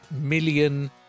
million